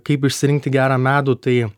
kaip išsirinkti gerą medų tai